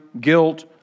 guilt